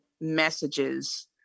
messages